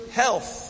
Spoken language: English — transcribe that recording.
health